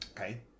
Okay